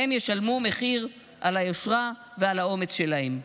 הם ישלמו מחיר על היושרה ועל האומץ שלהם.